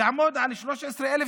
יעמוד על 13,750,